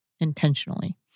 Intentionally